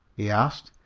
he asked.